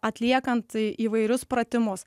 atliekant įvairius pratimus